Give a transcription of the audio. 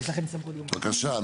קודם כל,